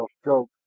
stroke